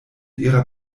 ihrer